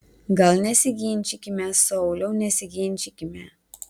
gal nesiginčykime sauliau nesiginčykime